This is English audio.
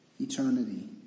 eternity